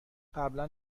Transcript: قبلا